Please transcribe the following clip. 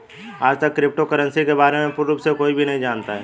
आजतक crypto currency के बारे में पूर्ण रूप से कोई भी नहीं जानता है